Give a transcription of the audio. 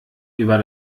über